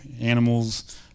animals